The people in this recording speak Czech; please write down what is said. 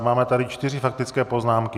Máme tady čtyři faktické poznámky.